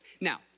Now